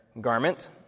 garment